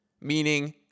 meaning